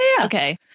Okay